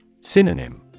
Synonym